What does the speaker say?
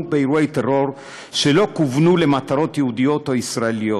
באירועי טרור שלא כוונו למטרות יהודיות או ישראליות,